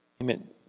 Amen